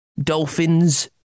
dolphins